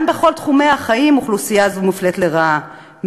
גם בכל תחומי החיים אוכלוסייה זו מופלית לרעה,